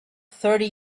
thirty